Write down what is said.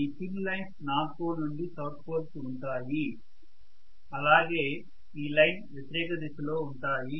ఈ field lines north pole నుండి south pole కి ఉంటాయి అలాగే ఈ లైన్ వ్యతిరేక దిశలోఉంటాయి